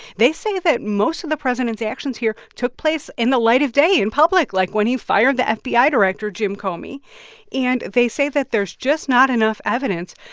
they say that most of the president's actions here took place in the light of day, in public, like when he fired the fbi director, jim comey and they say that there's just not enough evidence,